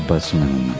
but yasmine,